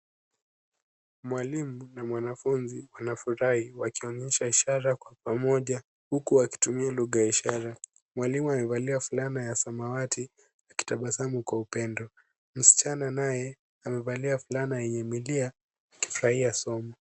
Mwalimu na mwanafunzi wanafurahi wakionyesha ishara kwa pamoja, huku wakitumia lugha ya ishara. Mwalimu amevalia fulana ya samawati, akitabasamu kwa upendo. Msichana naye amevalia fulana yenye milia, akifurahia somo.